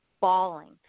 falling